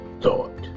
thought